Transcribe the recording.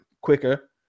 quicker